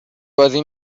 بازی